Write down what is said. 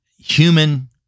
human